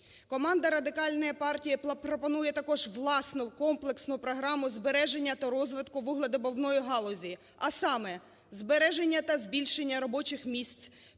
Команда Радикальної партії пропонує також власну комплексну програму збереження та розвитку вугледобувної галузі. А саме: збереження та збільшення робочих місць,